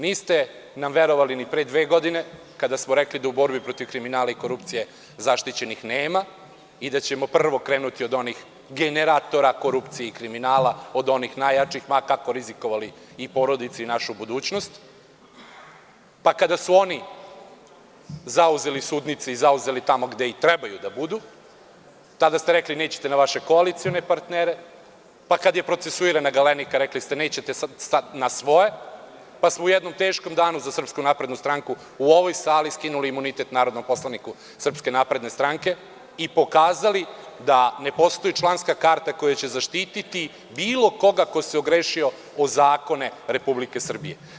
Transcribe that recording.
Niste nam verovali ne pre dve godine kada smo rekli da u borbi protiv kriminala i korupcije zaštićenih nema i da ćemo prvo krenuti od onih generatora korupcije i kriminala, od onih najjačih, ma kako rizikovali porodicu i našu budućnost, pa kada su oni zauzeli sudnice i mesta gde treba da budu, onda ste rekli – nećete na vaše koalicione partnere, pa kada je procesuirana „Galenika“, rekli ste – nećete na svoje, pa smo u jednom teškom danu za SNS u ovoj sali skinuli imunitet narodnom poslaniku SNS i pokazali da ne postoji članska karta koja će zaštiti bilo koga ko se ogrešio o zakone RS.